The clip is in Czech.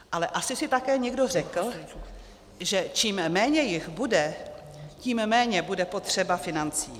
Ale asi si také někdo řekl, že čím méně jich bude, tím méně bude potřeba financí.